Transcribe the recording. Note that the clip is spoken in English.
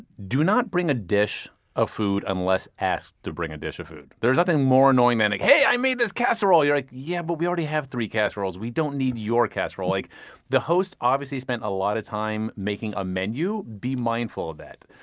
do not bring a dish of food unless asked to bring a dish of food. there's nothing more annoying than, hey, i made this casserole! you're like, yes, yeah but we already have three casseroles. we don't need your casserole. like the host obviously spent a lot of time making a menu. be mindful of that.